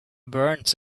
burns